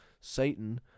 Satan